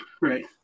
Right